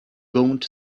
gaunt